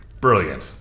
Brilliant